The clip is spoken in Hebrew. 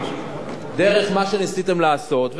דרך מה שניסיתם לעשות,